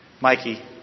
Mikey